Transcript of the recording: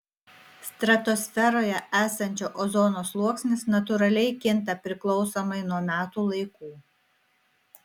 stratosferoje esančio ozono sluoksnis natūraliai kinta priklausomai nuo metų laikų